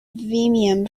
vimium